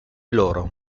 loro